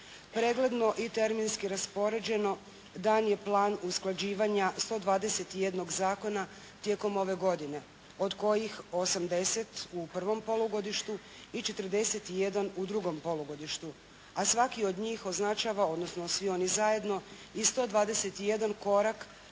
Pregledno i terminski raspoređeno daljnji je plan usklađivanja 121 zakona tijekom ove godine od kojih 80 u prvom polugodištu i 41 u drugom polugodištu. A svaki od njih označava odnosno svi oni zajedno i 121 korak